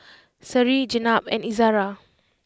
Seri Jenab and Izzara